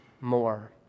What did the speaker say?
more